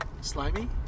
Slimy